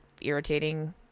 irritating